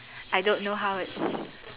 I don't know how it's